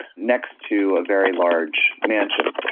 next to a very large mansion,